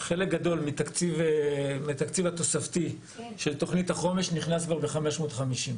חלק גדול מהתקציב התוספתי של תוכנית החומש נכנס כבר ב-550.